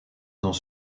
dans